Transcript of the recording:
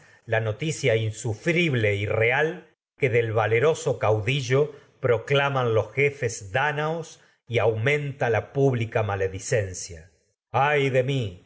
la noticia insufrible y que y del valeroso caudillo la proclaman los jefes dá ñaos aumenta que se pública viene maledicencia ay el de mi